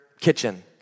kitchen